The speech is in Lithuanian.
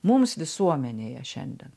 mums visuomenėje šiandien